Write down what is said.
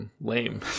lame